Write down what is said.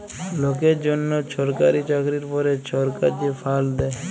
লকের জ্যনহ ছরকারি চাকরির পরে ছরকার যে ফাল্ড দ্যায়